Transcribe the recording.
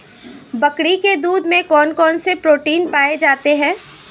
बकरी के दूध में कौन कौनसे प्रोटीन पाए जाते हैं?